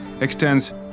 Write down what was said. extends